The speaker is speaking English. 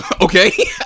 Okay